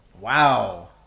Wow